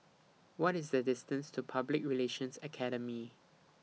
What IS The distance to Public Relations Academy